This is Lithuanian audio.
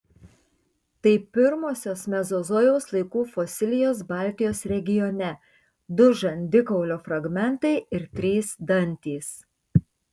tai pirmosios mezozojaus laikų fosilijos baltijos regione du žandikaulio fragmentai ir trys dantys